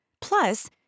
Plus